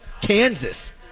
Kansas